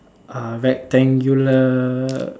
uh rectangular